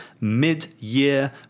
Mid-Year